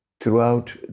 throughout